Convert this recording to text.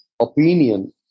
opinion